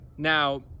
Now